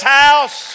house